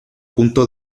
punto